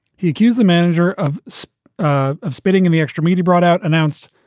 he accused the manager of so ah of spitting in the extra meat he brought out, announced,